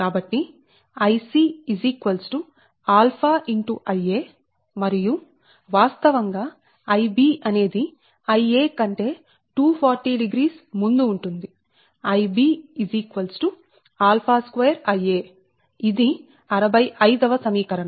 కాబట్టి Ic 𝜶Ia మరియు వాస్తవంగా Ib అనేది Ia కంటే 2400 ముందు ఉంటుంది Ib 𝜶2 Ia ఇది 65 వ సమీకరణం